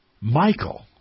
Michael